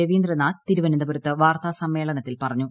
രവീന്ദ്രനാഥ് തിരുവനന്തപുരത്ത് വാർത്താസമ്മേളനത്തിൽ പറഞ്ഞു